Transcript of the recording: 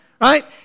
Right